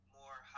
more